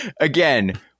again